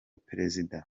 perezida